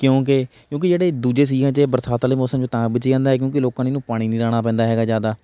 ਕਿਉਂਕਿ ਕਿਉਂਕਿ ਜਿਹੜੇ ਦੂਜੇ ਸੀਜ਼ਨ 'ਚ ਬਰਸਾਤ ਵਾਲੇ ਮੌਸਮ 'ਚ ਤਾਂ ਬੀਜਿਆ ਜਾਂਦਾ ਹੈ ਕਿਉਂਕਿ ਲੋਕਾਂ ਨੇ ਇਹਨੂੰ ਪਾਣੀ ਨਹੀਂ ਲਾਉਣਾ ਪੈਂਦਾ ਹੈਗਾ ਜ਼ਿਆਦਾ